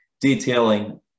detailing